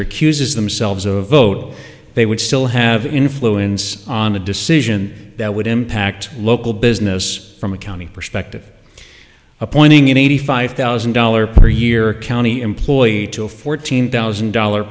recuses themselves of vote they would still have influence on a decision that would impact local business from a county perspective appointing an eighty five thousand dollars per year county employee to a fourteen thousand dollar